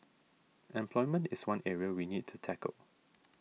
employment is one area we need to tackle